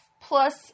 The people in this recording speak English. plus